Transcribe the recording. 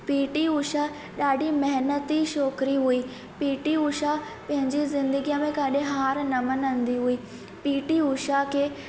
PT Usha ॾाढी महिनती छोकिरी हुई पीटी उषा पंहिंजी ज़िंदगीअ में किथे हारि न मञंदी हुई पीटी उषा खे